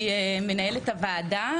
מנהלת הוועדה,